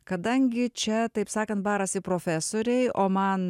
kadangi čia taip sakan barasi profesoriai o man